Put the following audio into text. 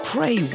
Pray